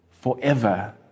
forever